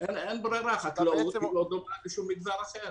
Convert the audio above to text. אין ברירה, חקלאות לא דומה לשום מגזר אחר.